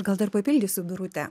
gal dar papildysiu birutę